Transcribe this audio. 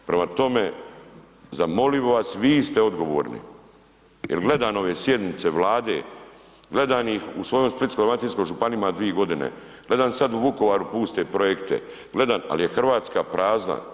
Prema tome, zamolio bih vas vi ste odgovorni jel gledam ove sjednice Vlade, gledam iz u svojoj Splitsko-dalmatinskoj županiji ima dvi godine, gledam sad u Vukovaru puste projekte, ali je Hrvatska prazna.